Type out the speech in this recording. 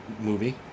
movie